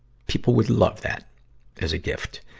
people would love that as a gift.